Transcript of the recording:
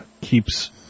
keeps